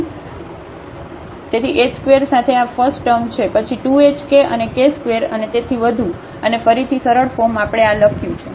તેથી h ² સાથે આ આ ફસ્ટટર્મ છે પછી 2h k અને k ² અને તેથી વધુ અને ફરીથી સરળ ફોર્મ આપણે આ લખ્યું છે